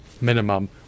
minimum